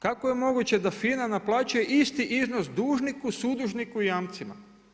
Kako je moguće da FINA naplaćuje isti iznos dužniku, sudužniku i jamcima?